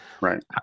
Right